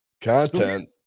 Content